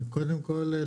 קודם כול,